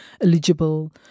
eligible